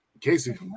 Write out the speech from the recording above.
casey